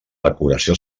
decoració